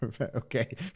Okay